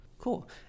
cool